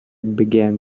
began